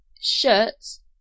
shirts